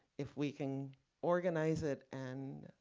if we can organize it, and